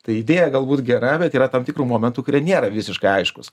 tai idėja galbūt gera bet yra tam tikrų momentų kurie nėra visiškai aiškūs